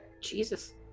jesus